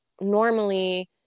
normally